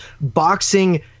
boxing